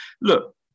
Look